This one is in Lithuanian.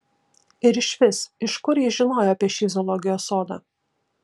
ir išvis iš kur ji žinojo apie šį zoologijos sodą